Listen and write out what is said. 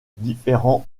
différents